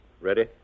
Ready